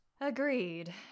Agreed